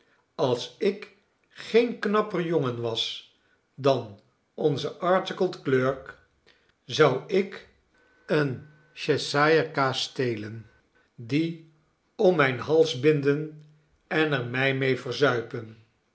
als ik geen knapper jongen was dan onze articled clerk zou ik een cheshirer kaas stelen die om mijn hals binden en er mij mee verzuipen